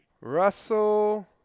Russell